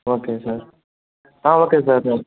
okay sir okay sir